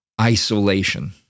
isolation